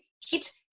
heat